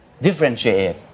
differentiate